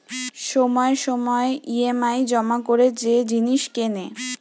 সময়ে সময়ে ই.এম.আই জমা করে যে জিনিস কেনে